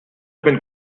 peine